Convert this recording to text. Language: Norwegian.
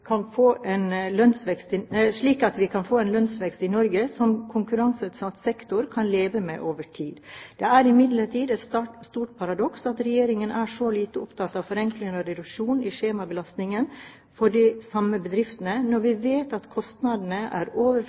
kan få en lønnsvekst i Norge som konkurranseutsatt sektor kan leve med over tid. Det er imidlertid et stort paradoks at Regjeringen er så lite opptatt av forenkling og reduksjon i skjemabelastningen for de samme bedriftene, når vi vet at kostnadene er